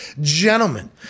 gentlemen